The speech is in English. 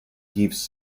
gives